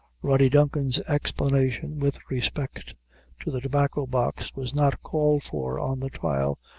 rody duncan's explanation, with respect to the tobacco-box, was not called for on the trial,